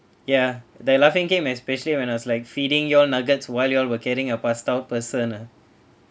ya the laughing came especially when I was like feeding you all nuggets while you all were carrying a passed out person uh